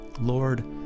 Lord